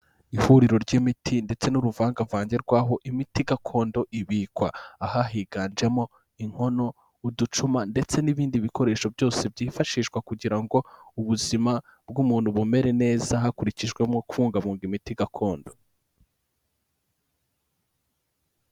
Ihuriro ry'imiti ndetse n'uruvanganvange rwaho imiti gakondo ibikwa. Aha higanjemo inkono, uducuma ndetse n'ibindi bikoresho byose byifashishwa kugira ngo ubuzima bw'umuntu bumere neza, hakurikijwemo kubungabunga imiti gakondo.